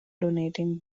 donating